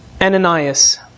Ananias